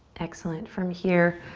excellent, from here,